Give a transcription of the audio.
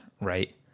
right